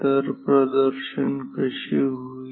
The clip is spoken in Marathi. तर प्रदर्शन कसे होईल